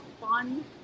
fun